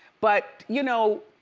but, you know,